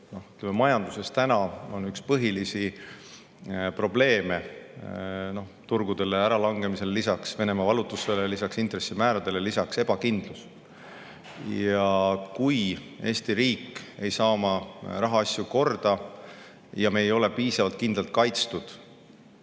et majanduses on üks põhilisi probleeme – turgude äralangemisele lisaks, Venemaa vallutussõjale lisaks, intressimääradele lisaks – ebakindlus. Kui Eesti riik ei saa oma rahaasju korda ja me ei ole piisavalt kindlalt kaitstud,